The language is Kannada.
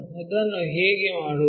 ಅದನ್ನು ಹೇಗೆ ಮಾಡುವುದು